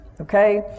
okay